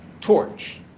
torch